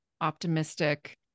optimistic